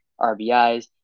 RBIs